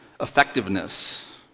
effectiveness